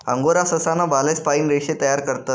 angora ससा ना बालेस पाइन रेशे तयार करतस